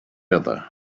other